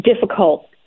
difficult